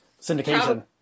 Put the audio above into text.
syndication